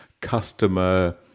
customer